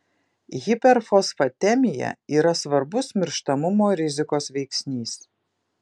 hiperfosfatemija yra svarbus mirštamumo rizikos veiksnys